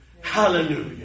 Hallelujah